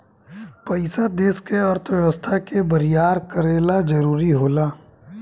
पइसा देश के अर्थव्यवस्था के बरियार करे ला जरुरी होला